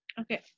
Okay